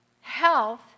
health